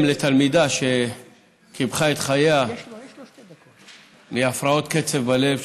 בעקבות פנייה של אם לתלמידה שקיפחה את חייה מהפרעות קצב בלב,